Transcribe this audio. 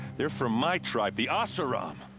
they're from my tribe, the oseram!